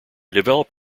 developed